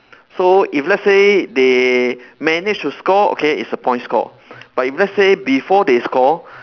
so if let's say they manage to score okay it's a point score but if let's say before they score